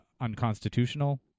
unconstitutional